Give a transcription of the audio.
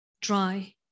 dry